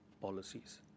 policies